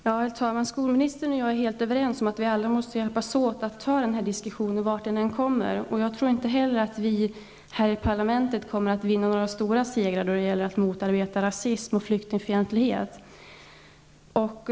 Herr talman! Skolministern och jag är helt överens om att vi alla måste hjälpas åt att föra den här diskussionen var den än förekommer. Jag tror inte att vi här i parlamentet kommer att vinna några stora segrar då det gäller att motarbeta rasism och flyktingfientlighet.